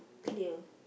clear